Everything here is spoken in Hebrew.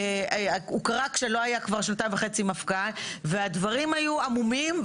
הוא קרה כשלא יהיה כבר שנתיים וחצי מפכ"ל והדברים היו עמומים.